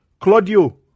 Claudio